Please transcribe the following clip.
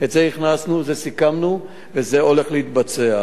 את זה הכנסנו, זה סיכמנו, וזה הולך להתבצע.